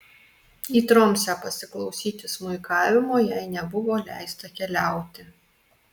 į tromsę pasiklausyti smuikavimo jai nebuvo leista keliauti